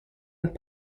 with